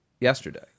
yesterday